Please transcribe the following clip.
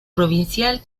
provincial